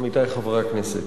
עמיתי חברי הכנסת,